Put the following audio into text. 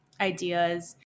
ideas